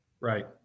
Right